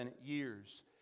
years